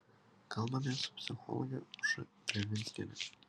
kalbamės su psichologe aušra drevinskiene